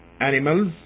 animals